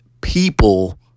people